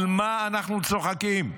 על מה אנחנו צוחקים,